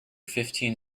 fifteen